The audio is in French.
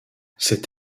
cet